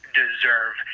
deserve